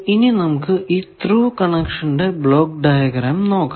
ഇനി നമുക്ക് ഈ ത്രൂ കണക്ഷന്റെ ബ്ലോക്ക് ഡയഗ്രം നോക്കാം